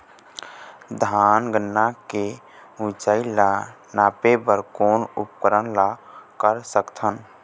धान गन्ना के ऊंचाई ला नापे बर कोन उपकरण ला कर सकथन?